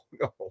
no